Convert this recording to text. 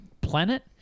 planet